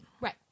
Right